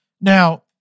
Now